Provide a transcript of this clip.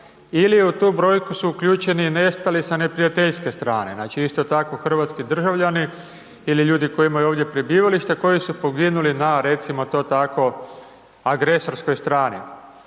ili u tu brojku su uključeni i nestali sa neprijateljske strane, znači isto tako hrvatski državljani ili ljudi koji imaju ovdje prebivalište a koji su poginuli na recimo to tako, agresorskoj strani?